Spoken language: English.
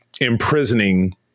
imprisoning